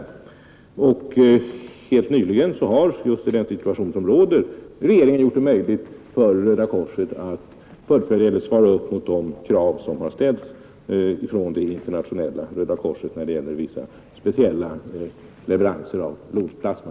Helt nyligen har regeringen, just i den situation som råder, gjort det möjligt för Röda korset att svara upp mot de krav som har ställts från Internationella röda korset när det gäller vissa speciella leveranser av blodplasma.